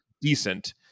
decent